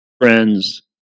friends